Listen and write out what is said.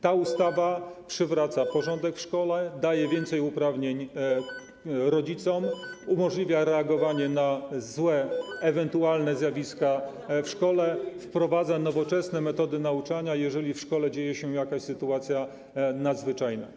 Ta ustawa przywraca porządek w szkole, daje więcej uprawnień rodzicom, umożliwia reagowanie na ewentualne złe zjawiska w szkole, wprowadza nowoczesne metody nauczania, jeżeli w szkole dzieje się jakaś sytuacja nadzwyczajna.